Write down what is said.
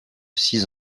six